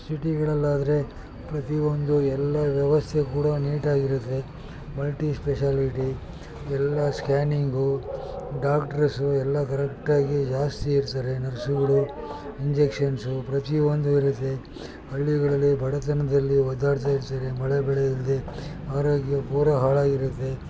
ಸಿಟಿಗಳಲ್ಲಾದರೆ ಪ್ರತಿಯೊಂದು ಎಲ್ಲ ವ್ಯವಸ್ಥೆ ಕೂಡ ನೀಟಾಗಿರುತ್ತೆ ಮಲ್ಟಿ ಸ್ಪೆಷಾಲಿಟಿ ಎಲ್ಲ ಸ್ಕ್ಯಾನಿಂಗು ಡಾಕ್ಟ್ರಸು ಎಲ್ಲ ಕರೆಕ್ಟಾಗಿ ಜಾಸ್ತಿ ಇರ್ತಾರೆ ನರ್ಸ್ಗಳು ಇಂಜೆಕ್ಷನ್ಸು ಪ್ರತಿ ಒಂದು ಇರುತ್ತೆ ಹಳ್ಳಿಗಳಲ್ಲಿ ಬಡತನದಲ್ಲಿ ಒದ್ದಾಡ್ತ ಇರ್ತಾರೆ ಮಳೆ ಬೆಳೆ ಇಲ್ಲದೆ ಮರ ಗಿ ಪೂರ ಹಾಳಾಗಿರುತ್ತೆ